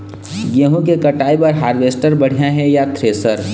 गेहूं के कटाई बर हारवेस्टर बढ़िया ये या थ्रेसर?